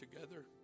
together